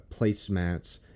placemats